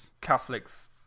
Catholics